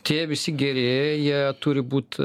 tie visi geri jie turi būt